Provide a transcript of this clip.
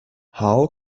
how